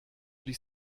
dich